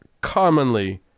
commonly